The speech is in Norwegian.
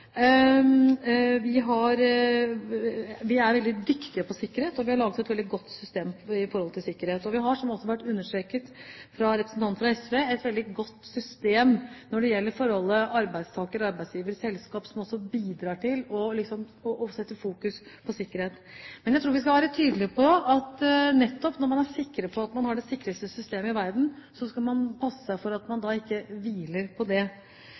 i Norge. Vi er veldig dyktige på sikkerhet. Vi har laget et veldig godt system når det gjelder sikkerhet. Vi har – som det også har vært understreket fra representanten fra SV – et veldig godt system når det gjelder forholdet arbeidstaker–arbeidsgiver/selskap, som også bidrar til å sette fokus på sikkerhet. Men jeg tror vi skal være tydelige på at nettopp når man er sikker på at man har det sikreste systemet i verden, skal man passe seg for at man ikke hviler på det.